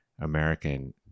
American